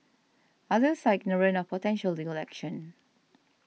others are ignorant of potential legal action